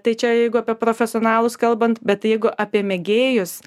tai čia jeigu apie profesionalus kalbant bet jeigu apie mėgėjus